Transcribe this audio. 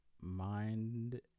mind